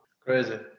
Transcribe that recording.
crazy